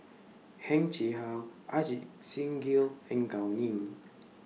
Heng Chee How Ajit Singh Gill and Gao Ning